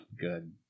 good